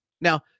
Now